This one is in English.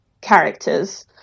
characters